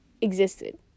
existed